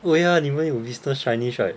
oh ya 你们有 business chinese right